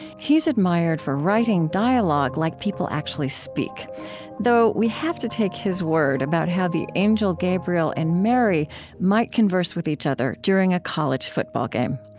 he's admired for writing dialogue like people actually speak though we have to take his word about how the angel gabriel and mary might converse with each other during a college football game.